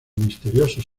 misteriosos